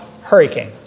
hurricane